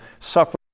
suffer